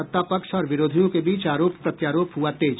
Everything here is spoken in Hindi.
सत्ता पक्ष और विरोधियों के बीच आरोप प्रत्यारोप हुआ तेज